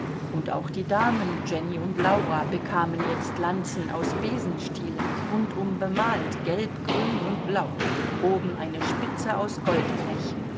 und auch die damen jenny und laura bekamen jetzt lanzen aus besenstielen rundum bemalt gelb grün und blau oben eine spitze aus goldblech